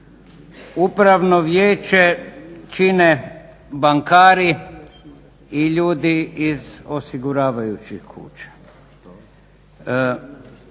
Upravno vijeće čine bankari i ljudi iz osiguravajućih kuća.